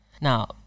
Now